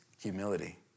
humility